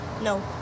No